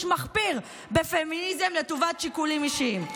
מחפיר בפמיניזם לטובת שיקולים אישיים.